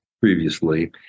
previously